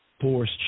force